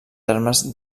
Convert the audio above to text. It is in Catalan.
termes